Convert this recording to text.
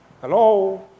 Hello